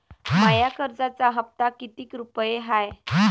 माया कर्जाचा हप्ता कितीक रुपये हाय?